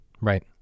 Right